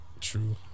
True